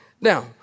Now